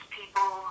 people